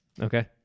Okay